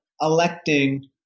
electing